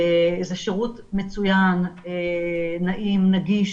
זה שירות מצוין, נעים, נגיש,